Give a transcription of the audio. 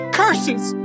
Curses